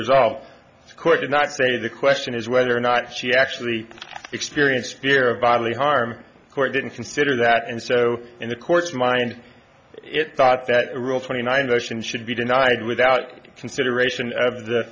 resolve the court did not say the question is whether or not she actually experienced fear of bodily harm court didn't consider that and so in the court's mind it thought that rule twenty nine motions should be denied without consideration of the